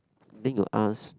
then you ask